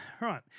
right